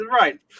right